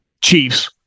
Chiefs